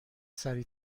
سریع